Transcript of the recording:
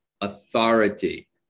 authority